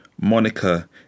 Monica